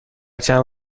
چند